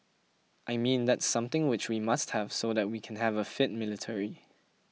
I mean that's something which we must have so that we can have a fit military